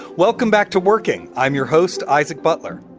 welcome back to working. i'm your host, isaac butler,